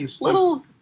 Little